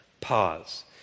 pause